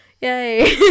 yay